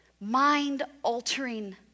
mind-altering